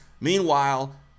meanwhile